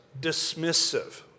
dismissive